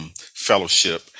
fellowship